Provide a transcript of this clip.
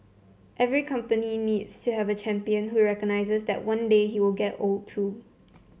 every company needs to have a champion who recognizes that one day he will get old too